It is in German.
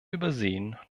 übersehen